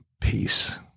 Peace